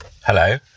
Hello